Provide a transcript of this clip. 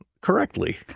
Correctly